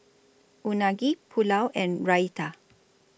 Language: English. Unagi Pulao and Raita